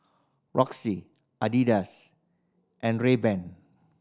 Roxy Adidas and Rayban